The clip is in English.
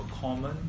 common